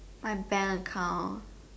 my bank account